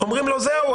אומרים לו: זהו,